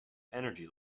energy